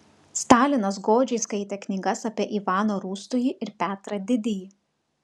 stalinas godžiai skaitė knygas apie ivaną rūstųjį ir petrą didįjį